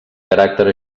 caràcter